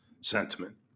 sentiment